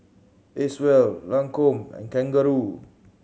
Acwell Lancome and Kangaroo